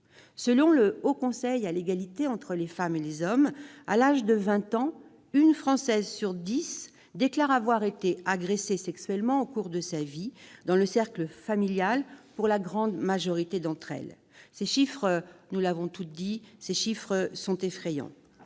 Selon le Haut Conseil à l'égalité entre les femmes et les hommes, à l'âge de 20 ans, une Française sur dix déclare avoir été agressée sexuellement au cours de sa vie, dans le cercle familial pour la très grande majorité d'entre elles. Ces chiffres sont effrayants.